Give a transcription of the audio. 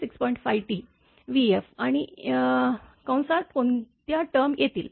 5T vf आणि कंसात कोणत्या टर्म येतील